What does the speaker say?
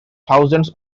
thousands